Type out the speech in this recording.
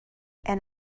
and